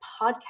podcast